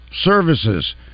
services